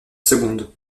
secondes